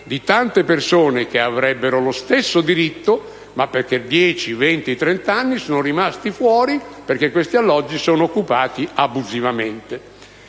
di tante persone che avrebbero lo stesso diritto, ma che per 10, 20, 30 anni sono rimasti fuori perché questi alloggi sono occupati abusivamente.